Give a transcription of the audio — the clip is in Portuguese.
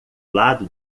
lado